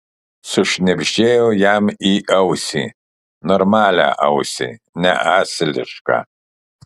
sušnibždėjo jam į ausį normalią ausį ne asilišką